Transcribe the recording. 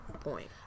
point